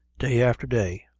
day after day,